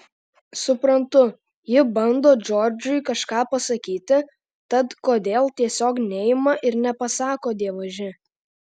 suprantu ji bando džordžui kažką pasakyti tad kodėl tiesiog neima ir nepasako dievaži